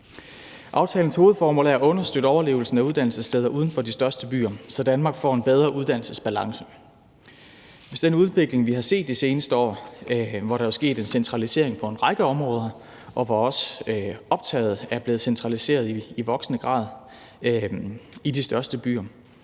Aftalens hovedformål er at understøtte overlevelsen af uddannelsessteder uden for de største byer, så Danmark får en bedre uddannelsesbalance. Hvis den udvikling, vi har set de seneste år, hvor der jo er sket en centralisering på en række områder, og hvor også optaget er blevet centraliseret i voksende grad i de største byer,